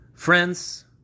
Friends